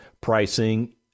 pricing